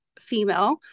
female